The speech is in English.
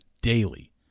daily